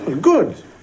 Good